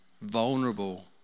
Vulnerable